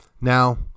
Now